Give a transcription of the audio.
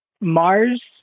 Mars